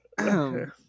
Okay